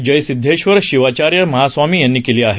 जयसिद्धेश्वर शिवाचार्य महास्वामी यांनी केली आहे